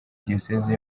diyoseze